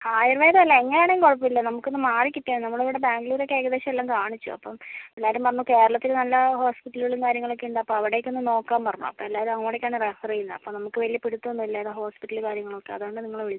ആയുർവേദം അല്ല എങ്ങനെ ആണെങ്കിലും കുഴപ്പം ഇല്ല നമുക്ക് ഒന്ന് മാറി കിട്ടിയാൽ മതി നമ്മൾ ഇവിടെ ബാംഗ്ലൂർ ഒക്കെ ഏകദേശം എല്ലാം കാണിച്ചു അപ്പം എല്ലാവരും പറഞ്ഞു കേരളത്തിൽ നല്ല ഹോസ്പിറ്റലുകളും കാര്യങ്ങൾ ഒക്കെ ഉണ്ട് അപ്പം അവിടേക്ക് ഒന്ന് നോക്കാൻ പറഞ്ഞു അപ്പം എല്ലാവരും അങ്ങോട്ടേക്കാണ് റഫർ ചെയ്യുന്നത് അപ്പം നമുക്ക് വലിയ പിടിത്തം ഒന്നും ഇല്ല ഏതാണ് ഹോസ്പിറ്റൽ കാര്യങ്ങൾ ഒക്കെ അതുകൊണ്ടാണ് നിങ്ങളെ വിളിച്ചത്